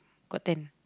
got ten